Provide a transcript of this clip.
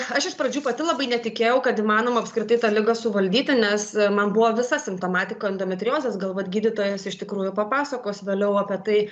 aš iš pradžių pati labai netikėjau kad įmanoma apskritai tą ligą suvaldyti nes man buvo visa simptomatika endometriozės gal vat gydytojas iš tikrųjų papasakos vėliau apie tai